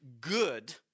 good